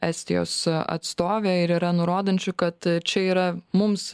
estijos atstovė ir yra nurodančių kad čia yra mums